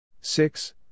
Six